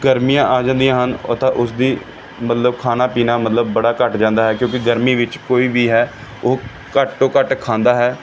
ਗਰਮੀਆਂ ਆ ਜਾਂਦੀਆਂ ਹਨ ਤਾਂ ਉਸਦੀ ਮਤਲਬ ਖਾਣਾ ਪੀਣਾ ਮਤਲਬ ਬੜਾ ਘੱਟ ਜਾਂਦਾ ਹੈ ਕਿਉਂਕਿ ਗਰਮੀ ਵਿੱਚ ਕੋਈ ਵੀ ਹੈ ਉਹ ਘੱਟ ਤੋਂ ਘੱਟ ਖਾਂਦਾ ਹੈ